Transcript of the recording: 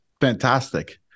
Fantastic